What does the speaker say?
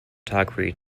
photography